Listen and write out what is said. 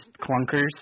clunkers